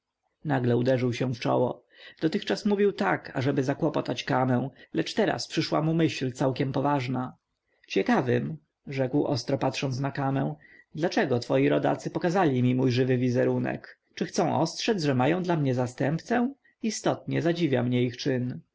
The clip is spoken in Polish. nagle uderzył się w czoło dotychczas mówił tak ażeby zakłopotać kamę lecz teraz przyszła mu myśl całkiem poważna ciekawym rzekł ostro patrząc na kamę dlaczego twoi rodacy pokazali mi mój żywy wizerunek czy chcą ostrzec że mają dla mnie zastępcę istotnie zadziwia mnie ich czyn